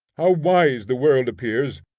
how wise the world appears,